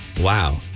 Wow